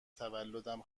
تولدم